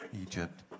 Egypt